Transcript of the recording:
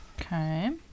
Okay